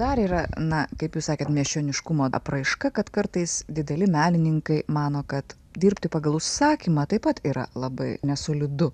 dar yra na kaip jūs sakėt miesčioniškumo apraiška kad kartais dideli menininkai mano kad dirbti pagal užsakymą taip pat yra labai nesolidu